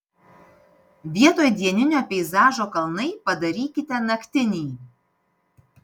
vietoj dieninio peizažo kalnai padarykite naktinį